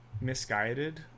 misguided